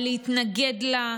בלהתנגד לה,